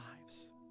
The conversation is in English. lives